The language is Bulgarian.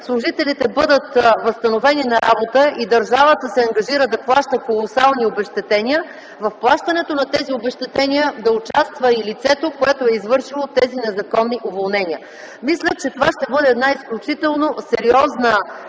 служителите бъдат възстановени на работа и държавата се ангажира да плаща колосални обезщетения, то в плащането на тези обезщетения да участва и лицето, извършило тези незаконни уволнения. Мисля, че това ще бъде изключително сериозна